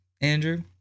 Andrew